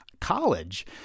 college